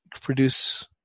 produce